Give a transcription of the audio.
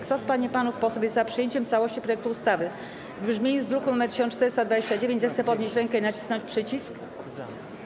Kto z pań i panów posłów jest przyjęciem w całości projektu ustawy w brzmieniu z druku nr 1429, zechce podnieść rękę i nacisnąć przycisk.